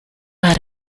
had